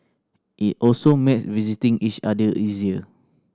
it also make visiting each other easier